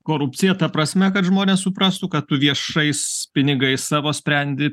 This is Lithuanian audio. korupcija ta prasme kad žmonės suprastų kad tu viešais pinigais savo sprendi